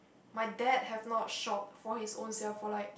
my dad have not shopped for his ownself for like